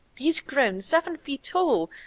he's grown seven feet tall,